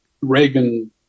Reagan